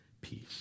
peace